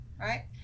right